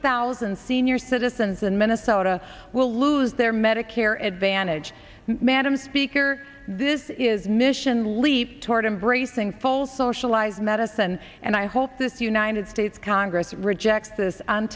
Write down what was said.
thousand senior citizens in minnesota will lose their medicare advantage madam speaker this is mission leap toward embracing full socialized medicine and i hope this united states congress rejects this